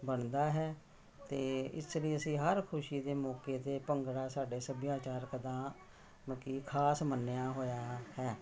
ਬਣਦਾ ਹੈ ਅਤੇ ਇਸ ਲਈ ਅਸੀਂ ਹਰ ਖੁਸ਼ੀ ਦੇ ਮੌਕੇ 'ਤੇ ਭੰਗੜਾ ਸਾਡੇ ਸੱਭਿਆਚਾਰਕ ਦਾ ਮਤਲਬ ਕਿ ਖ਼ਾਸ ਮੰਨਿਆ ਹੋਇਆ ਹੈ